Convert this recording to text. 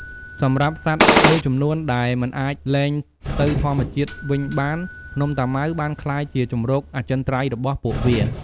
សម្រាប់សត្វមួយចំនួនដែលមិនអាចលែងទៅធម្មជាតិវិញបាន ភ្នំតាម៉ៅបានក្លាយជាជម្រកអចិន្ត្រៃយ៍របស់ពួកវា។